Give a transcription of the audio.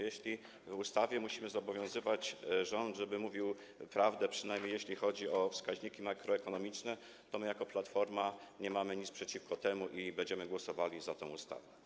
Jeśli w ustawie musimy zobowiązywać rząd, żeby mówił prawdę, przynamniej jeśli chodzi o wskaźniki makroekonomiczne, to my jako Platforma nie mamy nic przeciwko temu i będziemy głosowali za tą ustawą.